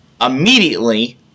immediately